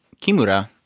Kimura